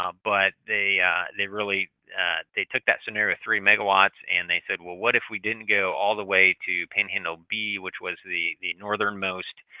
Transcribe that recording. um but they they really they took that scenario three megawatts and they said, well, what if we didn't go all the way to panhandle b, which was the the northernmost